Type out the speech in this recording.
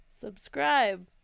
subscribe